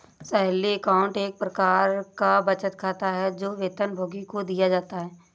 salary account एक प्रकार का बचत खाता है, जो वेतनभोगी को दिया जाता है